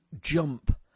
jump